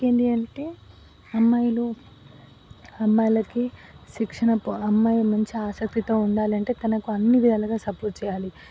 ఇంకేంది అంటే అమ్మాయిలు అమ్మాయిలకి శిక్షణ అమ్మాయి మంచి ఆసక్తితో ఉండాలంటే తనకు అన్ని విధాలుగా సపోర్ట్ చేయాలి